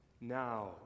now